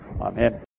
Amen